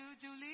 Julie